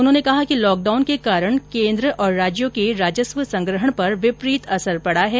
उन्होंने कहा कि लॉकडाउन के कारण केन्द्र और राज्यों के राजस्व संग्रहण पर विपरीत असर पड़ा है